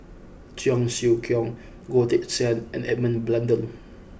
Cheong Siew Keong Goh Teck Sian and Edmund Blundell